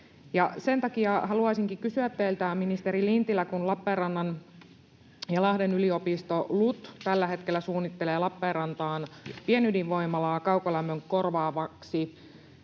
Sen takia haluaisinkin kysyä teiltä, ministeri Lintilä: kun Lappeenrannan—Lahden yliopisto, LUT, tällä hetkellä suunnittelee Lappeenrantaan pienydinvoimalaa kaukolämpöön korvaamaan